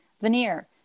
veneer